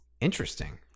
Interesting